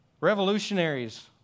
Revolutionaries